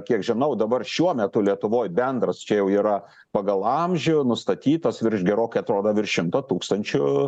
kiek žinau dabar šiuo metu lietuvoj bendras čia jau yra pagal amžių nustatytas virš gerokai atrodo virš šimto tūkstančių